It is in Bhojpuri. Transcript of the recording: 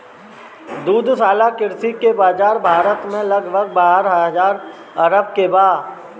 दुग्धशाला कृषि के बाजार भारत में लगभग बारह हजार अरब के बा